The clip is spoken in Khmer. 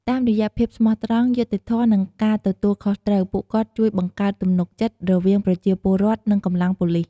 តាមរយៈភាពស្មោះត្រង់ យុត្តិធម៌ និងការទទួលខុសត្រូវ ពួកគាត់ជួយបង្កើតទំនុកចិត្តរវាងប្រជាពលរដ្ឋ និងកម្លាំងប៉ូលីស។